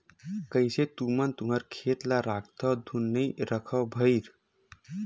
कइसे तुमन तुँहर खेत ल राखथँव धुन नइ रखव भइर?